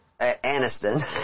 Aniston